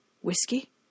Whiskey